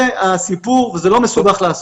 זה הסיפור וזה לא מסובך לעשות.